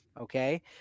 Okay